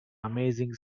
amazing